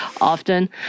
often